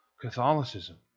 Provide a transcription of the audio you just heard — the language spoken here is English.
Catholicism